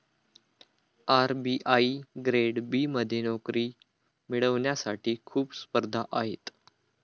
RBI grade B मध्ये नोकरी मिळवण्यासाठी खूप स्पर्धा आहे